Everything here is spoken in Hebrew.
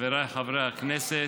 חבריי חברי הכנסת,